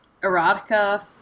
erotica